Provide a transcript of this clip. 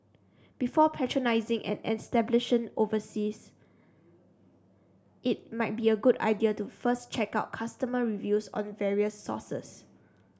before patronising an establishing overseas it might be a good idea to first check out customer reviews on various sources